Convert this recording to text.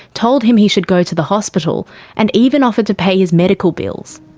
told him he should go to the hospital and even offered to pay his medical bills.